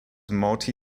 multi